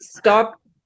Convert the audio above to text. Stop